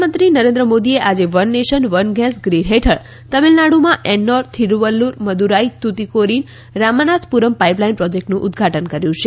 પ્રધાનમંત્રી નરેન્દ્ર મોદીએ આજે one nation one gas grid હેઠળ તમિળનાડુમાં એન્નોર થિરુવલ્લુર મદુરાઈ તુટીકોરીન રામાનાથપુરમ પાઇપલાઇન પ્રોજેક્ટનું ઉદ્વાટન કર્યું છે